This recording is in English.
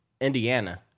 Indiana